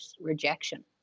rejection